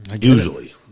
Usually